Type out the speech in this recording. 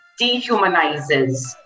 dehumanizes